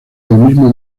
mismo